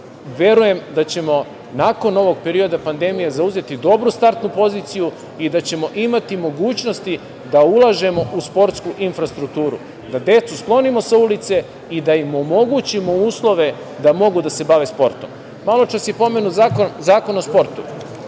verujem da ćemo nakon ovog perioda pandemije zauzeti dobru startnu poziciju i da ćemo imati mogućnosti da ulažemo u sportsku infrastrukturu, da decu sklonimo sa ulice i da im omogućimo uslove da mogu da se bave sportom. Maločas je pomenut Zakon o sportu.